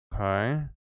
Okay